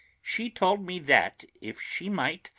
she told me that, if she might,